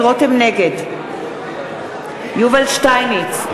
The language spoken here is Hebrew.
נגד יובל שטייניץ,